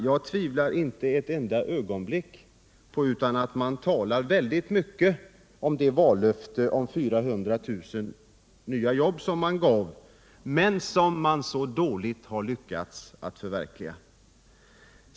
Jag tvivlar inte ett ögonblick på att man talar väldigt mycket om det vallöfte om 400 000 nya jobb som man gav men som man dåligt lyckats förverkliga.